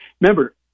Remember